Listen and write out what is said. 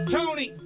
Tony